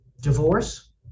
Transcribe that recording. divorce